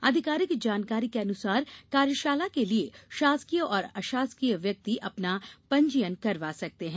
आधिकारिक जानकारी के अनुसार कार्यशाला के लिये शासकीय और अशासकीय व्यक्ति अपना पंजीयन करवा सकते हैं